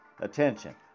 attention